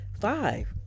Five